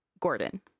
Gordon